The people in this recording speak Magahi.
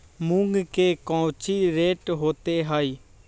मूंग के कौची रेट होते हई?